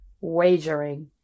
wagering